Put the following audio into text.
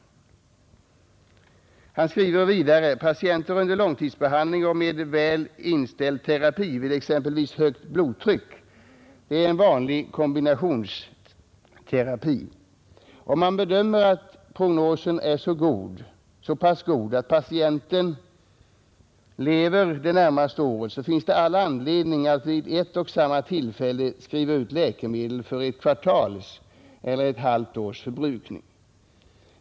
Det står vidare om patienter under långtidsbehandling och med en väl inställd terapi, att det vid exempelvis högt blodtryck är vanligt med kombinationsterapi. Om man bedömer att prognosen är så pass god att patienten lever det närmaste året finns det all anledning att vid ett och samma tillfälle skriva ut läkemedel för ett kvartals eller ett halvt års förbrukning.